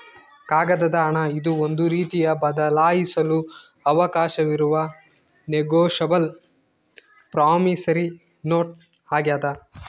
ಕಾಗದದ ಹಣ ಇದು ಒಂದು ರೀತಿಯ ಬದಲಾಯಿಸಲು ಅವಕಾಶವಿರುವ ನೆಗೋಶಬಲ್ ಪ್ರಾಮಿಸರಿ ನೋಟ್ ಆಗ್ಯಾದ